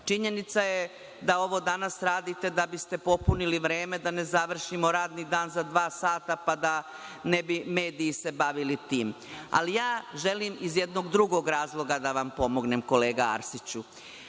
Činjenica je da ovo danas radite da biste popunili vreme da ne završimo radni dan za dva sata, da ne bi mediji se bavili tim. Želim iz jednog drugog razloga da vam pomognem kolega Arsiću.